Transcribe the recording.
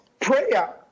prayer